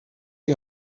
die